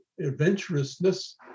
adventurousness